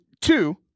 two